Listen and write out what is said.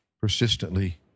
persistently